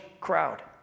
crowd